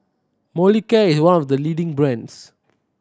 Molicare is one of the leading brands